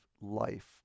life